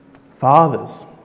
Fathers